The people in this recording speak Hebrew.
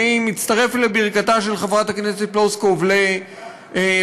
אני מצטרף לברכתה של חברת הכנסת פלוסקוב לוועדת